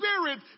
spirit